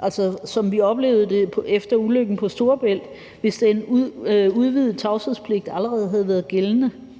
altså som vi oplevede det efter ulykken på Storebæltsbroen, hvis den udvidede tavshedspligt allerede havde været gældende?